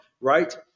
right